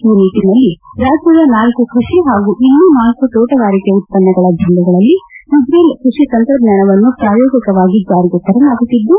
ಈ ನಿಟ್ಟಿನಲ್ಲಿ ರಾಜ್ಯದ ನಾಲ್ಕು ಕೃಷಿ ಹಾಗೂ ಇನ್ನೂ ನಾಲ್ಕು ತೋಟಗಾರಿಕೆ ಉತ್ಪನ್ನಗಳ ಜಿಲ್ಲೆಗಳಲ್ಲಿ ಇಶ್ರೇಲ್ ಕೈಷಿ ತಂತ್ರಜ್ಞಾನವನ್ನು ಪ್ರಾಯೋಗಿಕವಾಗಿ ಜಾರಿಗೆ ತರಲಾಗುತ್ತಿದ್ದು